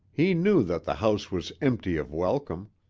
he knew that the house was empty of welcome.